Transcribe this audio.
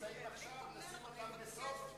וחבר הכנסת גילאון ועכשיו חבר הכנסת ניצן הורוביץ וכו',